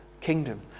kingdom